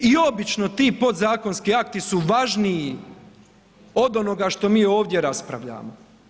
I obično ti podzakonski akti su važniji od onoga što mi ovdje raspravljamo.